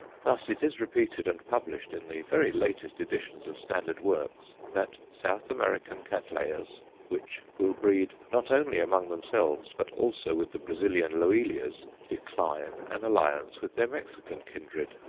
thus, it is repeated and published in the very latest editions of standard works that south american cattleyas, which will breed, not only among themselves, but also with the brazilian loelias, decline an alliance with their mexican kindred.